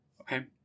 okay